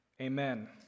amen